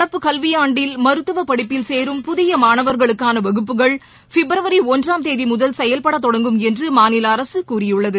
நடப்பு கல்வியாண்டில் மருத்துவ படிப்பில் சேரும் புதிய மாணவர்களுக்கான வகுப்புகள் பிப்ரவரி ஒன்றாம் தேதி முதல் செயல்பட தொடங்கும் என்று மாநில அரசு கூறியுள்ளது